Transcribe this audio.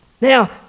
Now